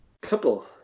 couple